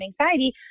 anxiety